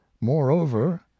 Moreover